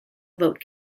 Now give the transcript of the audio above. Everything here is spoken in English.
vote